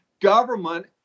government